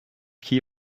key